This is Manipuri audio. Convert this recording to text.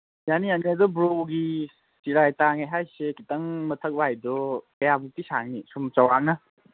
ꯌꯥꯅꯤ ꯌꯥꯅꯤ ꯑꯗꯨ ꯕ꯭ꯔꯣꯒꯤ ꯆꯤꯔꯥꯏ ꯇꯥꯡꯉꯦ ꯍꯥꯏꯁꯦ ꯈꯤꯇꯪ ꯃꯊꯛꯋꯥꯏꯗꯨ ꯀꯌꯥꯃꯨꯛꯇꯤ ꯁꯥꯡꯅꯤ ꯁꯨꯝ ꯆꯧꯔꯥꯛꯅ